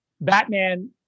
Batman